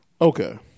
Okay